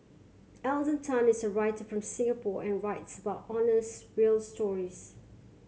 Alden Tan is a writer from Singapore and writes about honest real stories